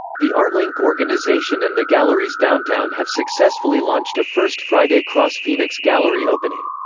the artlink organization and the galleries downtown have successfully launched a first friday cross-phoenix gallery opening.